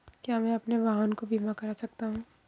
क्या मैं अपने वाहन का बीमा कर सकता हूँ?